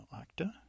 actor